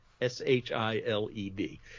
S-H-I-L-E-D